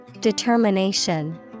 Determination